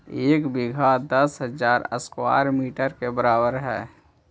एक बीघा दस हजार स्क्वायर मीटर के बराबर हई